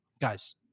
guys